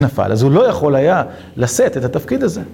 נפל, אז הוא לא יכול היה לשאת את התפקיד הזה.